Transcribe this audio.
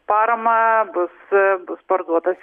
paramą bus bus parduotas